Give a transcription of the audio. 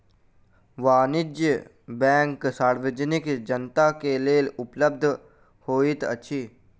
वाणिज्य बैंक सार्वजनिक जनता के लेल उपलब्ध होइत अछि